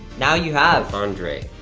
now you have. andre.